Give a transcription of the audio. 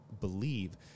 believe